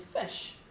fish